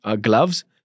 gloves